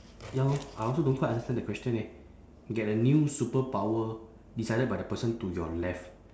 ya lor I also don't quite understand the question leh get a new superpower decided by the person to your left